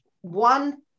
one